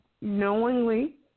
knowingly